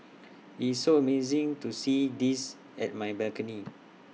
it's so amazing to see this at my balcony